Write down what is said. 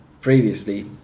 previously